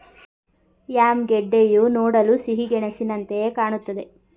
yam ಗೆಡ್ಡೆಯು ನೋಡಲು ಸಿಹಿಗೆಣಸಿನಂತೆಯೆ ಕಾಣುತ್ತದೆ